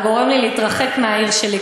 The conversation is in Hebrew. אתה גורם לי להתרחק מהעיר שלי.